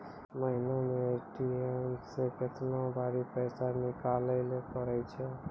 महिना मे ए.टी.एम से केतना बेरी पैसा निकालैल पारै छिये